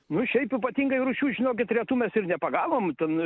nu šiaip ypatingai rūšių žinokit retų mes ir nepagavom ten